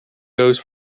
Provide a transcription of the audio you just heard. goes